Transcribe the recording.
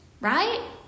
right